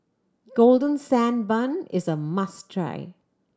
Golden Sand Bun is a must try